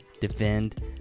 defend